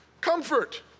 Comfort